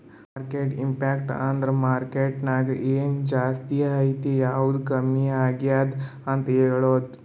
market impact ಅಂದುರ್ market ನಾಗ್ ಎನ್ ಜಾಸ್ತಿ ಆಯ್ತ್ ಯಾವ್ದು ಕಮ್ಮಿ ಆಗ್ಯಾದ್ ಅಂತ್ ಹೇಳ್ತುದ್